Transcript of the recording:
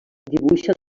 dibuixa